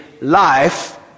life